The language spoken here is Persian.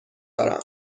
دارم